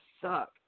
suck